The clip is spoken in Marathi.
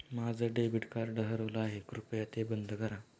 माझं डेबिट कार्ड हरवलं आहे, कृपया ते बंद करा